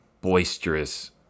boisterous